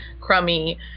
crummy